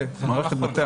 למערכת בתי המשפט